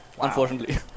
Unfortunately